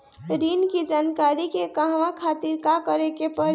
ऋण की जानकारी के कहवा खातिर का करे के पड़ी?